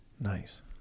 Nice